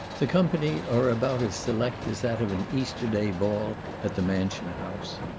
the company are about as select as that of an easter-day ball at the mansion-house.